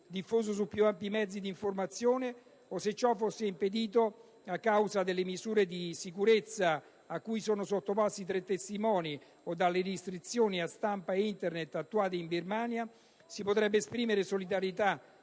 diffuso sui più ampi mezzi di informazione o, se ciò fosse impedito a causa delle misure di sicurezza a cui sono sottoposti i tre testimoni o dalle restrizioni a stampa e Internet attuate in Birmania, si potrebbe esprimere solidarietà